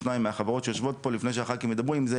מהחברות שיושבות פה לפני שהח"כים ידבר עם זה.